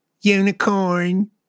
Unicorn